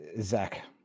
zach